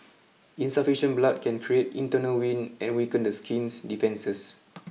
insufficient blood can create internal wind and weaken the skin's defences